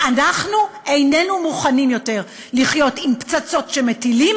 ואנחנו איננו מוכנים יותר לחיות עם פצצות שמטילים